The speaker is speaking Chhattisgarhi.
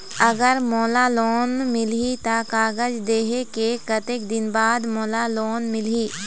अगर मोला लोन मिलही त कागज देहे के कतेक दिन बाद मोला लोन मिलही?